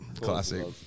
classic